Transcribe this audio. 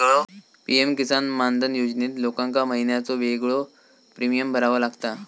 PM किसान मानधन योजनेत लोकांका महिन्याचो येगळो प्रीमियम भरावो लागता